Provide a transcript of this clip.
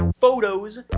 photos